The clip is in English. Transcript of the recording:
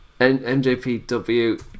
MJPW